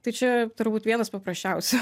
tai čia turbūt vienas paprasčiausių